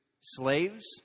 slaves